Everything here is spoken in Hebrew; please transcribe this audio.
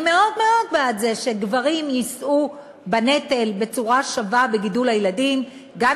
אני מאוד מאוד בעד זה שגברים יישאו בנטל גידול הילדים בצורה שווה,